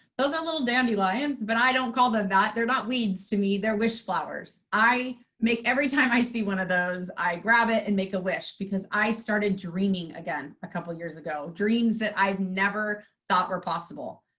those are a little dandelions, but i don't call them that. they're not weeds to me. they're wish flowers. i make every time i see one of those, i grab it and make a wish because i started dreaming again a couple of years ago. dreams that i've never thought were possible.